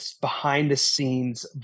behind-the-scenes